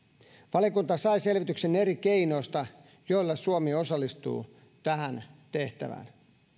valiokunta sai selvityksen eri keinoista joilla suomi osallistuu tähän tehtävään